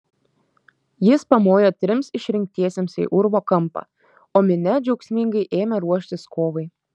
jis pamojo trims išrinktiesiems į urvo kampą o minia džiaugsmingai ėmė ruoštis kovai